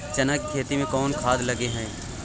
चना के खेती में कोन खाद लगे हैं?